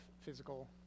physical